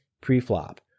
pre-flop